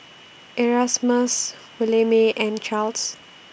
Erasmus Williemae and Charls